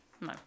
No